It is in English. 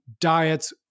diets